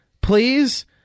Please